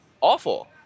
awful